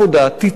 תיצור,